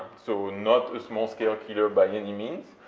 so not a small-scale killer, by any means,